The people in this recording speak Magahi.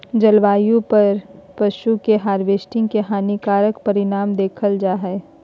जलवायु पर पशु के हार्वेस्टिंग के हानिकारक परिणाम देखल जा हइ